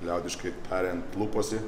liaudiškai tariant luposi